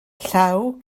llaw